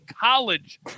college